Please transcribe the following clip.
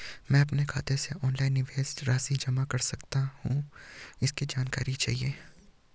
मैं अपने खाते से ऑनलाइन निवेश राशि जमा कर सकती हूँ इसकी जानकारी चाहिए?